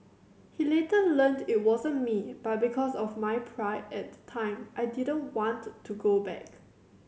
he later learned it wasn't me but because of my pride at the time I didn't want to go back